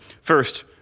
First